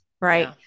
Right